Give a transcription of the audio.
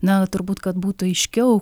na turbūt kad būtų aiškiau